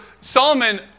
Solomon